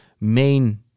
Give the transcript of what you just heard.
main